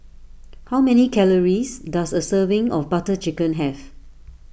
how many calories does a serving of Butter Chicken have